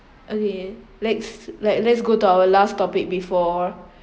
okay next like let's go to our last topic before